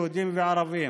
יהודים וערבים,